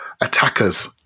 attackers